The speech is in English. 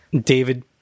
David